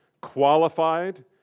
qualified